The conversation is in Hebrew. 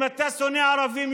וככל שאתה יותר שונא ערבים,